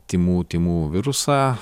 tymų tymų virusą